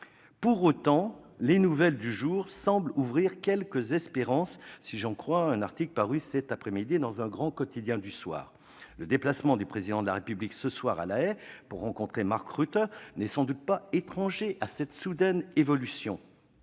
Pour autant, les nouvelles du jour semblent laisser quelques espérances, si j'en crois un article paru cet après-midi dans un grand quotidien du soir. Le déplacement du Président de la République ce soir à La Haye pour rencontrer Mark Rutte n'est sans doute pas étranger à cette soudaine évolution.